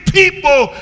people